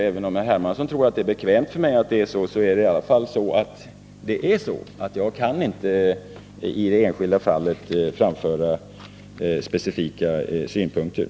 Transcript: Även om herr Hermansson tror att detta är bekvämt för mig förhåller det sig i alla fall på det sättet att jag i det enskilda fallet inte kan framföra specifika synpunkter.